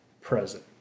present